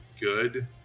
good